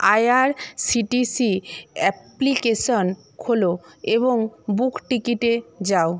IRCTC application খোলো এবং book টিকিটে যাও